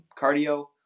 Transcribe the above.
cardio